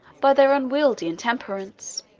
by their unwieldy intemperance.